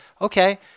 okay